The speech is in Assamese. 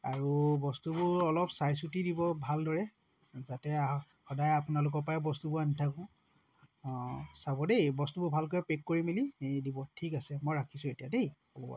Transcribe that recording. আৰু বস্তুবোৰ অলপ চাইচিটি দিব ভালদৰে যাতে সদায় আপোনালোকৰপৰাই বস্তুবোৰ আনি থাকোঁ চাব দেই বস্তুবোৰ ভালকৈ পেক কৰি মেলি দিব ঠিক আছে মই ৰাখিছোঁ এতিয়া দেই হ'ব আৰু